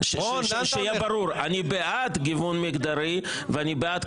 אני כן יכול.